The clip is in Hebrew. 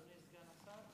אדוני סגן השר.